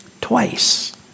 Twice